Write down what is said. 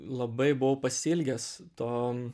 labai buvau pasiilgęs to